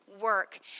work